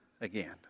again